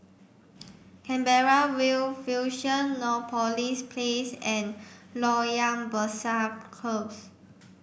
Canberra View Fusionopolis Place and Loyang Besar Close